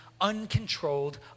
uncontrolled